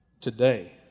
Today